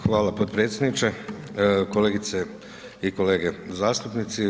Hvala podpredsjedniče, kolegice i kolege zastupnici.